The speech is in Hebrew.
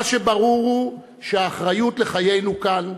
מה שברור הוא שהאחריות לחיינו כאן,